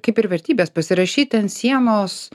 kaip ir vertybes pasirašyti ant sienos